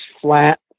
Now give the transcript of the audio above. flat